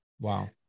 Wow